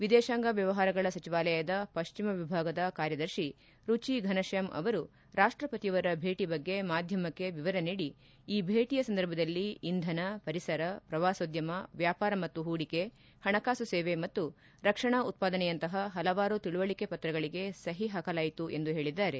ವಿದೇಶಾಂಗ ವ್ಯವಹಾರಗಳ ಸಚಿವಾಲಯದ ಪಶ್ಚಿಮ ವಿಭಾಗದ ಕಾರ್ಯದರ್ಶಿ ರುಚಿ ಫನತ್ಗಾಮ್ ಅವರು ರಾಷ್ಟಪತಿಯವರ ಭೇಟಿ ಬಗ್ಗೆ ಮಾಧ್ವಮಕ್ಕೆ ವಿವರ ನೀಡಿ ಈ ಭೇಟಿಯ ಸಂದರ್ಭದಲ್ಲಿ ಇಂಧನ ಪರಿಸರ ಪ್ರವಾಸೋದ್ದಮ ವ್ಯಾಪಾರ ಮತ್ತು ಹೂಡಿಕೆ ಹಣಕಾಸು ಸೇವೆ ಮತ್ತು ರಕ್ಷಣಾ ಉತ್ಪಾದನೆಯಂತಹ ಹಲವಾರು ತಿಳಿವಳಿಕೆ ಪತ್ರಗಳಿಗೆ ಸಹಿ ಹಾಕಲಾಯಿತು ಎಂದು ಹೇಳಿದ್ದಾರೆ